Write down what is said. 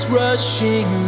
rushing